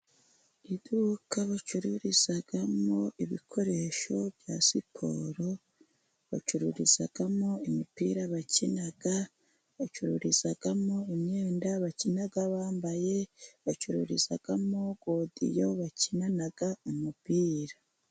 Iduka bacururizamo ibikoresho bya siporo, bacururizamo imipira bakina, bacururizamo imyenda bakina bambaye, bacururizamo godiyo bakinana umupira.